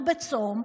הוא בצום,